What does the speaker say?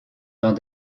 dans